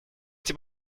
эти